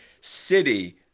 City